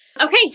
Okay